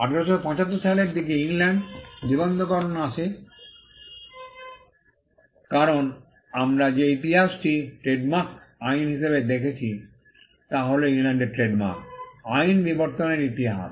1875 সালের দিকে ইংল্যান্ডে নিবন্ধকরণ আসে কারণ আমরা যে ইতিহাসটিকে ট্রেডমার্ক আইন হিসাবে দেখছি তা হল ইংল্যান্ডের ট্রেডমার্ক আইন বিবর্তনের ইতিহাস